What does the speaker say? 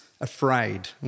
afraid